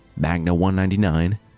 Magna199